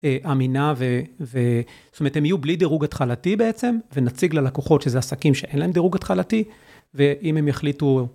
אמינה וזאת אומרת הם יהיו בלי דירוג התחלתי בעצם ונציג ללקוחות שזה עסקים שאין להם דירוג התחלתי ואם הם יחליטו